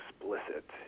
explicit